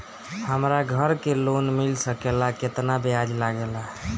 हमरा घर के लोन मिल सकेला केतना ब्याज लागेला?